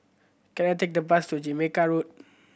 can I take the bus to Jamaica Road